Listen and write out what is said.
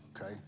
okay